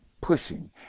pushing